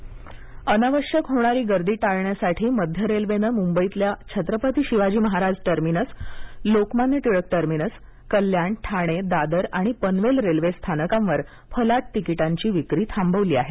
railway फलाट ticket अनावश्यक होणारी गर्दी टाळण्यासाठी मध्य रेल्वेनं मुंबईतल्या छत्रपती शिवाजी महाराज टर्मिनस लोकमान्य टिळक टर्मिनस कल्याण ठाणे दादर आणि पनवेल रेल्वे स्थानकांवर फलाट तिकीटांची विक्री थांबवली आहे